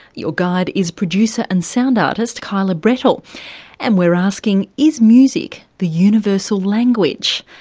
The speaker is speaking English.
your guide is producer and sound artist kyla brettle and we're asking is music the universal language?